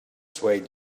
swayed